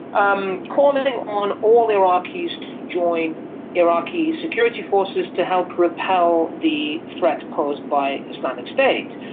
um calling on all iraqis to join iraqi security forces to help repel the threat posed by islamic state.